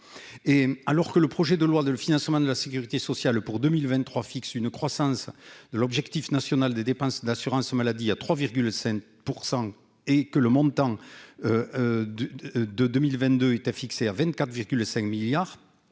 alors que le projet de loi de le financement de la Sécurité sociale pour 2023 fixe une croissance de l'objectif national des dépenses d'assurance maladie à 3 scènes % et que le montant de, de, de 2022 États, fixé à 24 véhicules